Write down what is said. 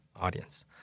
audience